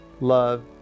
Love